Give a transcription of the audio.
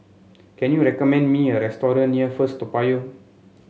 can you recommend me a restaurant near First Toa Payoh